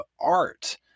art